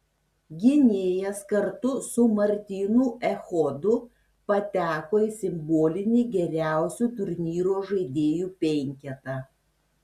gynėjas kartu su martynu echodu pateko į simbolinį geriausių turnyro žaidėjų penketą